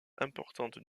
importante